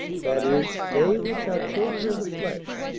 that is, they which are children of the flesh,